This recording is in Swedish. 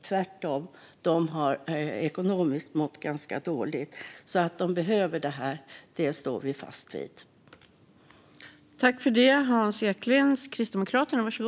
Tvärtom har den mått ganska dåligt ekonomiskt, och vi står fast vid att den behöver detta.